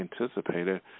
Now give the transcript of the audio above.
anticipated